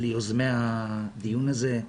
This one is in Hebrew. ליוזמי הדיון הזה,